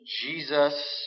Jesus